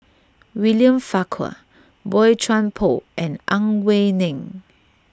William Farquhar Boey Chuan Poh and Ang Wei Neng